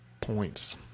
points